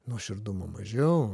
nuoširdumo mažiau